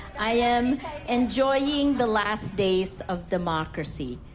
i am enjoying the last days of democracy.